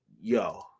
Yo